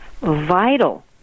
vital